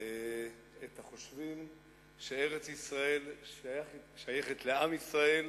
את החושבים שארץ-ישראל שייכת לעם ישראל,